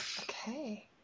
okay